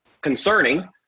concerning